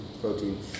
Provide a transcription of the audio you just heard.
protein